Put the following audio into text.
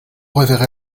reverrai